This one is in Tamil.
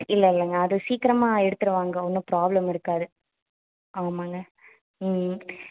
இல்லை இல்லைங்க அது சீக்கிரமாக எடுத்துடுவாங்க ஒன்றும் ப்ராப்ளம் இருக்காது ஆமாங்க ம்ம்